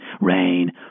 Rain